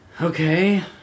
Okay